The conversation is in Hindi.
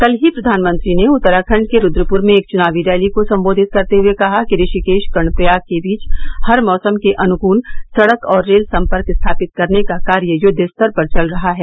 कल ही प्रधानमंत्री उत्तराखण्ड के रूद्रपुर में एक चुनावी रैली को सम्बोधित करते हुए कहा कि ऋषिकेश कर्णप्रयाग के बीच हर मौसम के अनुकूल सड़क और रेल सम्पर्क स्थापित करने का कार्य यूद्वस्तर पर चल रहा है